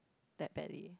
that badly